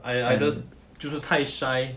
I either 就是太 shy